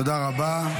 תודה רבה.